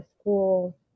school